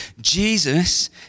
Jesus